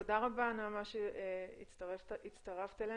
תודה רבה, נעמה, שהצטרפת אלינו.